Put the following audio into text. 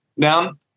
down